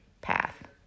path